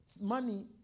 money